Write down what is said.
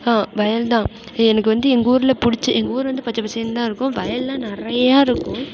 வயல்தான் எனக்கு வந்து எங்கூரில் பிடிச் எங்கூரு வந்து பச்சை பசேல்னுதான் இருக்கும் வயல்லாம் நிறையாருக்கும்